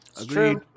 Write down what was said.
Agreed